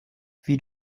wie